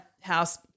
house